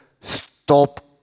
stop